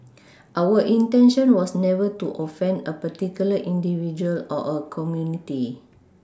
our intention was never to offend a particular individual or a community